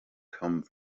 come